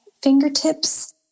Fingertips